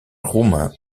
roumain